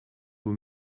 haut